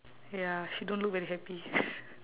ya she don't look very happy